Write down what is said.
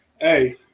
Hey